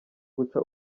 guca